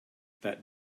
that